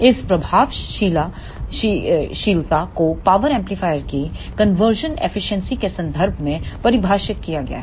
इस प्रभावशीलता को पावर एम्पलीफायर की कन्वर्शन एफिशिएंसी के संदर्भ में परिभाषित किया गया है